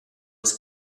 was